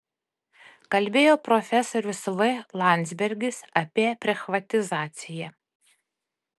kalbėjo profesorius v landsbergis apie prichvatizaciją